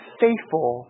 faithful